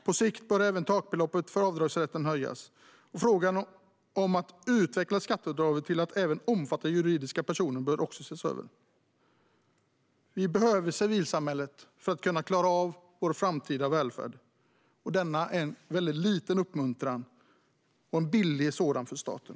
På sikt bör även takbeloppet för avdragsrätten höjas, och frågan om att utveckla skatteavdraget till att även omfatta juridiska personer bör också ses över. Vi behöver civilsamhället för att klara av vår framtida välfärd, och detta är en liten och billig uppmuntran för staten.